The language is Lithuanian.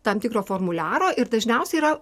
tam tikro formuliaro ir dažniausiai yra